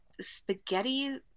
spaghetti